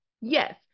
Yes